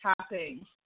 tapping